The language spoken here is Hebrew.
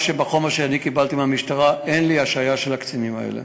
בחומר שאני קיבלתי מהמשטרה אין לי השעיה של הקצינים האלה,